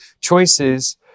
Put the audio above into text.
choices